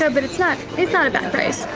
ah but it's like it's not a bad price.